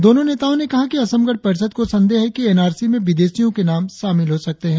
दोनों नेताओं ने कहा कि असम गण परिषद को संदेह है कि एन आर सी में विदेशियों के नाम शामिल हो सकते हैं